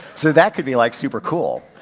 so that could be like super cool.